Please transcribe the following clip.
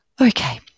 okay